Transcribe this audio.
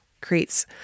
creates